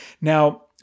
Now